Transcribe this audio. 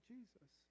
Jesus